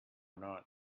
not